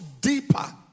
deeper